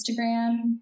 Instagram